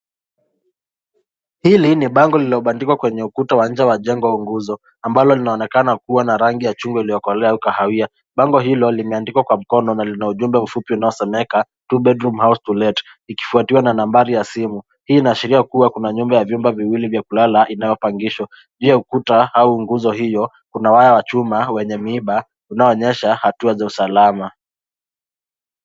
Hili ni bango lililobandikwa kwenye ukuta uwanja wa jengo nguzo, ambalo linaonekana kuwa na rangi ya chungwa iliyokolewa kahawia. Bango hilo limeandikwa kwa mkono, na lina ujumbe mfupi unaosomeka, two bedroom house to let , ikifuatiwa na nambari ya simu. Hii inaashiria kuwa kuna nyumba ya vyumba viwili vya kulala, inayopangishwa. Juu ya ukuta au nguzo hiyo, kuna waya wa chuma wenye miiba, unaoonyesha hatua za usalama.